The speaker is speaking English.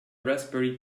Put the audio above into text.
raspberry